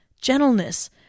gentleness